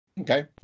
Okay